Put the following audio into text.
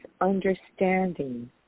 understanding